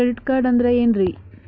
Credit card ಅಂದ್ರ ಏನ್ರೀ?